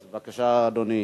אז בבקשה, אדוני,